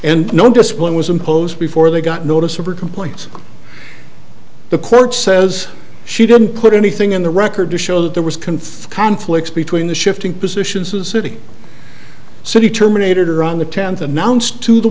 and no discipline was imposed before they got notice of her complaints the clerk says she didn't put anything in the record to show that there was conflict conflicts between the shifting positions a city city terminated or on the tenth announced to the